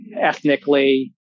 ethnically